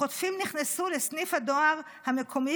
החוטפים נכנסו לסניף הדואר המקומי